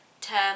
term